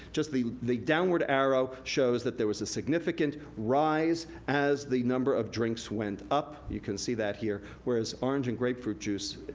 just the the downward arrow shows that there was a significant rise as the number of drinks went up. you can see that here. whereas orange and grapefruit juice,